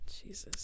Jesus